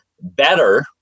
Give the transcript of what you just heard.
better—